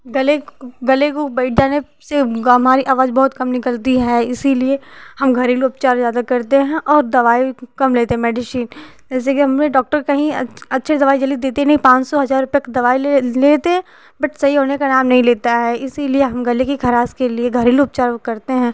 गले गले को बैठ जाने से हमारी अवाज बहुत कम निकलती है इसलिए हम घरेलू उपचार जादा करते हैं और दवाई कम लेते हैं मेडीशीन जैसे कि हमें डॉक्टर कहीं अच्छे दवाई जल्दी देते नहीं पाँच सौ हजार रुपये के दवाई ले लेते हैं बट सही होने के नाम नहीं लेता है इसलिए हम गले कि खरास के लिए घरेलू उपचार वो करते हैं